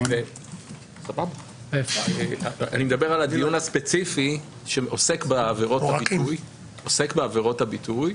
אני מדבר על הדיון הספציפי שעוסק בעבירות הביטוי.